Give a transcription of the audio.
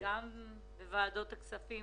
וועדת כספים,